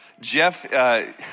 Jeff